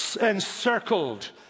encircled